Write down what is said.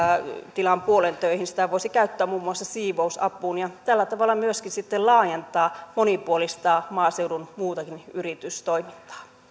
tilan puolen töihin sitä voisi käyttää muun muassa siivousapuun ja tällä tavalla myöskin sitten laajentaa monipuolistaa maaseudun muutakin yritystoimintaa